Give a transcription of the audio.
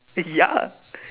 ya